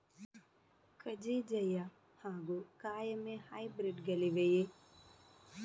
ಕಜೆ ಜಯ ಹಾಗೂ ಕಾಯಮೆ ಹೈಬ್ರಿಡ್ ಗಳಿವೆಯೇ?